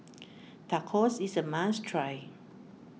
Tacos is a must try